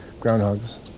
groundhogs